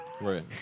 right